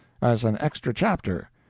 as an extra chapter,